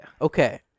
Okay